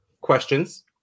questions